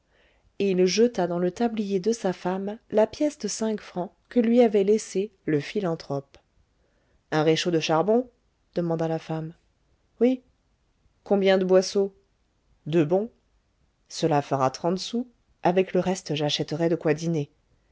et il jeta dans le tablier de sa femme la pièce de cinq francs que lui avait laissée le philanthrope un réchaud de charbon demanda la femme oui combien de boisseaux deux bons cela fera trente sous avec le reste j'achèterai de quoi dîner